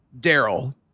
Daryl